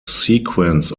sequence